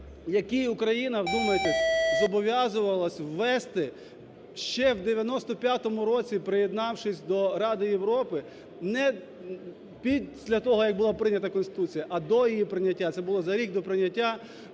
який Україна, вдумайтесь, зобов'язувалась ввести ще в 1995 році, приєднавшись до Ради Європи. не після того як була прийнята Конституція, а до її прийняття, це було за рік до прийняття.